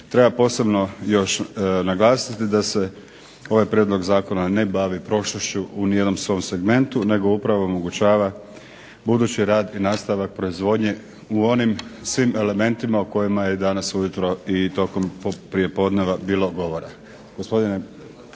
Treba posebno još naglasiti da se ovaj prijedlog zakona ne bavi prošlošću u ni jednom svom segmentu nego upravo omogućava budući rad i nastavak proizvodnje u onim svim elementima o kojima je danas ujutro i tokom prijepodneva bilo govora.